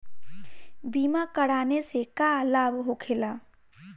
बीमा कराने से का लाभ होखेला?